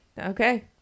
Okay